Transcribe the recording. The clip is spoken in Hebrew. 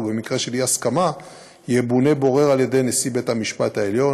ובמקרה של אי-הסכמה ימונה בורר על-ידי נשיא בית-המשפט העליון.